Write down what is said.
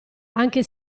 anche